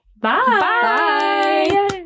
Bye